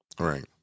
Right